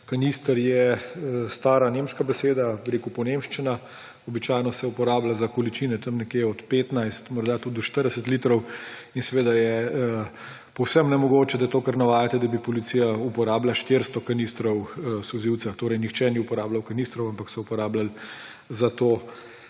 kanister je stara nemška beseda, bi rekel ponemčena. Običajno se uporablja za količine nekje od 15 morda tudi do 40 litrov in seveda je povsem nemogoče, da to, kar navajate, da bi policija uporabila 400 kanistrov solzivca. Nihče ni uporabljal kanistrov, ampak so uporabljali za to